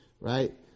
Right